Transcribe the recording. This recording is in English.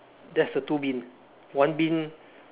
that's the two bin one bin